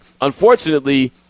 Unfortunately